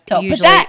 usually